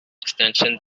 extension